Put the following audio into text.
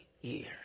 years